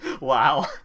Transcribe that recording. Wow